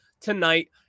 tonight